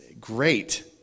great